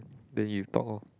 then you talk orh